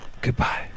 goodbye